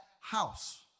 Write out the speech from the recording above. house